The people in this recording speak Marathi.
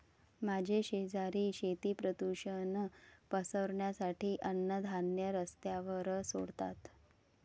माझे शेजारी शेती प्रदूषण पसरवण्यासाठी अन्नधान्य रस्त्यावर सोडतात